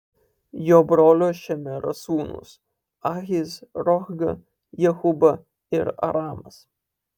jo brolio šemero sūnūs ahis rohga jehuba ir aramas